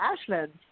Ashland